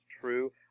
true